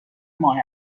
ماه